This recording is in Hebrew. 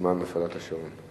מזמן הפעלת השעון.